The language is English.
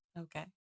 Okay